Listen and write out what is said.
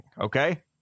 okay